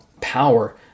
power